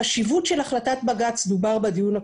על החשיבות של החלטת בג"ץ דובר בדיון הקודם.